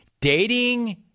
Dating